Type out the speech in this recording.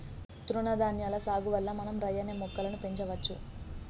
తృణధాన్యాల సాగు వల్ల మనం రై అనే మొక్కలను పెంచవచ్చు